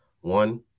One